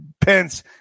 Pence